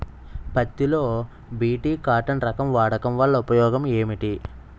పత్తి లో BT cotton రకం వాడకం వల్ల ఉపయోగం ఏమిటి?